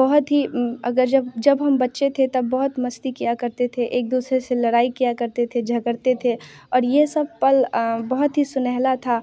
बहुत ही अगर जब जब हम बच्चे थे तब बहुत मस्ती किया करते थे एक दूसरे से लड़ाई किया करते थे झगड़ते थे और ये सब पल बहुत ही सुनेहरा था